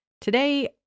Today